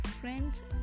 friends